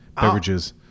beverages